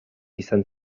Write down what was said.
izan